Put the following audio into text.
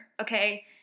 okay